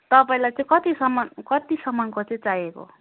तपाईँलाई चाहिँ कतिसम्म कतिसम्मको चाहिँ चाहिएको